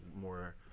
more